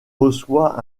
reçoit